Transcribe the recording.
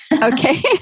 Okay